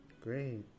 great